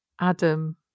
adam